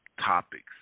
topics